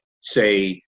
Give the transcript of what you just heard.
say